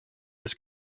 was